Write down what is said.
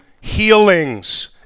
healings